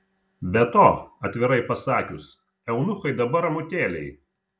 be to atvirai pasakius eunuchai dabar ramutėliai